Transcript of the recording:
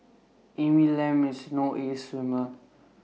Amy Lam is no ace swimmer